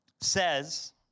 says